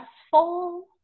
successful